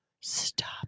Stop